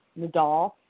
Nadal